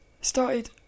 started